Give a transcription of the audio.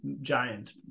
giant